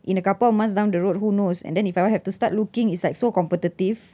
in a couple of months down the road who knows and then if I will have to start looking it's like so competitive